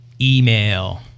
email